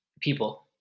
people